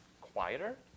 quieter